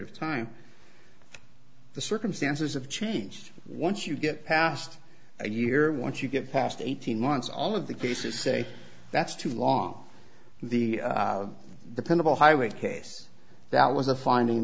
of time the circumstances have changed once you get past a year once you get past eighteen months all of the pieces say that's too long the dependable highway case that was a finding